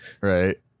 Right